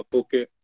okay